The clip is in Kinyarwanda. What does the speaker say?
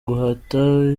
guhata